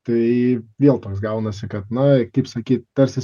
tai vėl toks gaunasi kad na kaip sakyt tarsi